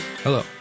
Hello